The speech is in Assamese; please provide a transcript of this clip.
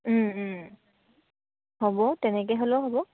হ'ব তেনেকে হ'লেও হ'ব